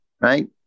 right